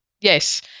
Yes